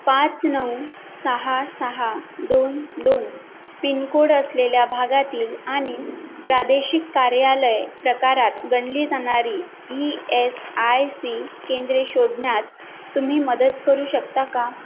पाच नऊ सहा सहा दोन दोन पिनकोड असलेल्या भागातील आणि प्रादेशिक कार्यालय प्रकारात गणली जाणारी ई एस आय सी केंद्रे शोधण्यात तुम्ही मदत करू शकता का